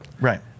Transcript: right